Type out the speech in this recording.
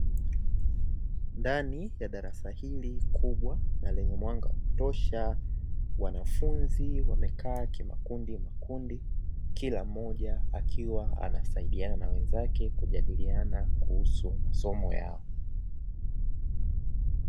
Ndani ya darasa hili kubwa na lenye mwanga wa kutosha. Wanafunzi wamekaa kimakundi makundi kila mmoja akiwa anasaidia na wenzake kujadiliana kuhusu masomo yao.